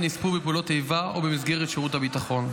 נספו בפעולות איבה או במסגרת שירות הביטחון.